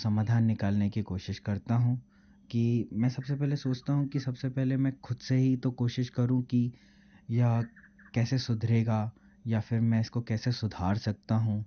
समाधान निकालने की कोशिश करता हूँ कि मैं सबसे पहले सोचता हूँ कि सबसे पहले मैं खुद से ही तो कोशिश करूँ कि यह कैसे सुधरेगा या फिर मैं इसको कैसे सुधार सकता हूँ